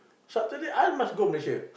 Saturday I must go Malaysia